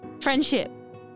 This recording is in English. Friendship